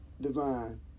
divine